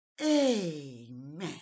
Amen